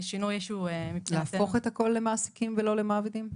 להפוך את הכל למעסיקים ולא למעבידים?